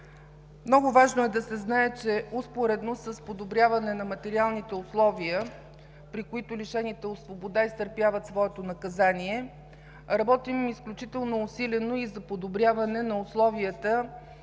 Много важно е да се знае, че успоредно с подобряване на материалните условия, при които лишените от свобода изтърпяват своето наказание, работим изключително усилено и за подобряване на условията